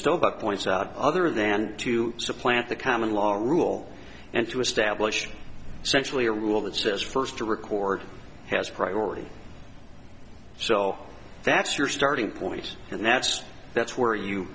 about points out other than to supplant the common law rule and to establish centrally a rule that says first a record has priority so that's your starting point and that's that's where you